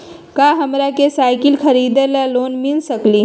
का हमरा के साईकिल खरीदे ला लोन मिल सकलई ह?